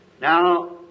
Now